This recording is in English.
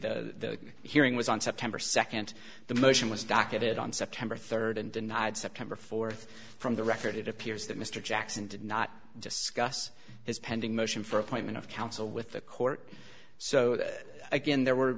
the hearing was on september second the motion was docket it on september third and denied september fourth from the record it appears that mr jackson did not discuss his pending motion for appointment of counsel with the court so again there were